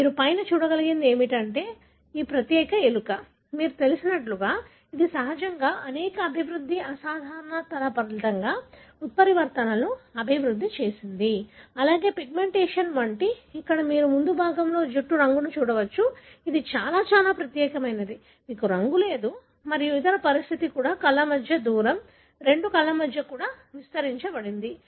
మీరు పైన చూడగలిగేది ఏమిటంటే ఈ ప్రత్యేక ఎలుక మీకు తెలిసినట్లుగా ఇది సహజంగానే అనేక అభివృద్ధి అసాధారణతల ఫలితంగా ఉత్పరివర్తనను అభివృద్ధి చేసింది అలాగే పిగ్మెంటేషన్ వంటివి ఇక్కడ మీరు ముందు భాగంలో జుట్టు రంగును చూడవచ్చు అది చాలా చాలా ప్రత్యేకమైనది మీకు రంగు లేదు మరియు ఇతర పరిస్థితి కూడా కళ్ల మధ్య దూరం రెండు కళ్ల మధ్య కూడా విస్తరించబడింది